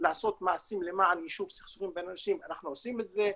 לעשות מעשים למען יישוב סכסוכים בין אנשים אנחנו עושים את זה.